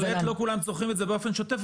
בהחלט לא כולם צורכים את זה באופן שוטף,